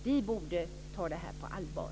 Vi borde ta detta på allvar.